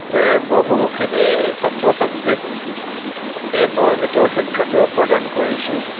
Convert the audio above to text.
বহুখিনি ছাত্ৰ ছাত্ৰীক এই বৰগীতৰ শিক্ষাটো প্ৰদান কৰিছোঁ